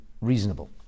reasonable